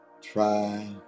try